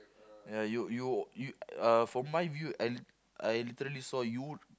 ya you you you uh from my view I I literally saw you